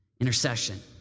intercession